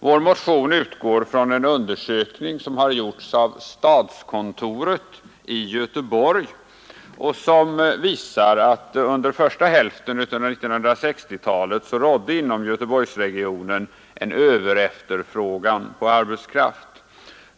Vår motion utgår från en undersökning som har gjorts av stadskontoret i Göteborg och som visar att under första hälften av 1960-talet rådde inom Göteborgsregionen en överefterfrågan på arbetskraft.